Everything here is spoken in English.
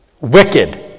Wicked